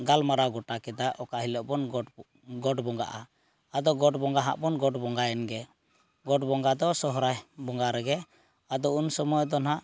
ᱜᱟᱞᱢᱟᱨᱟᱣ ᱜᱚᱴᱟ ᱠᱮᱫᱟ ᱚᱠᱟ ᱦᱤᱞᱳᱜ ᱵᱚᱱ ᱜᱚᱴ ᱵᱚ ᱜᱚᱴ ᱵᱚᱸᱜᱟᱜᱼᱟ ᱟᱫᱚ ᱜᱚᱰ ᱵᱚᱸᱜᱟ ᱦᱟᱸᱜ ᱵᱚᱱ ᱜᱚᱰ ᱵᱚᱸᱜᱟᱭᱮᱱ ᱜᱮ ᱜᱚᱰ ᱵᱚᱸᱜᱟ ᱫᱚ ᱥᱚᱦᱨᱟᱭ ᱵᱚᱸᱜᱟ ᱨᱮᱜᱮ ᱟᱫᱚ ᱩᱱᱥᱩᱢᱟᱹᱭ ᱫᱚ ᱱᱟᱜ